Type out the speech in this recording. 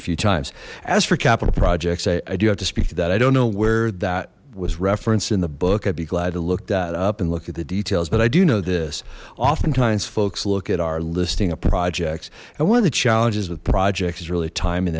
a few times as for capital projects i do have to speak to that i don't know where that was referenced in the book i'd be glad to look that up and look at the details but i do know this oftentimes folks look at our listing of projects and one of the challenges with projects is really tim